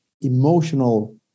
emotional